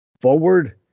forward